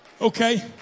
Okay